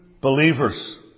believers